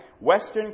Western